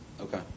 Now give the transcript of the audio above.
okay